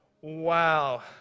wow